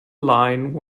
line